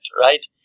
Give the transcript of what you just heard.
right